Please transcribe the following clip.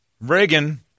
Reagan